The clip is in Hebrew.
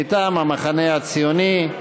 מטעם המחנה הציוני.